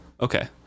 okay